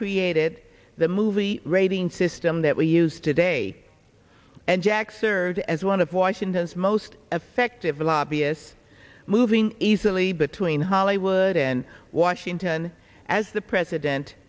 created the movie rating system that we used today and jack served as one of washington's most effective lobbyist moving easily between hollywood and washington as the president